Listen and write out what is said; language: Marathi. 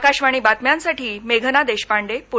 आकाशवाणी बातम्यांसाठी मेघना देशपांडे पुणे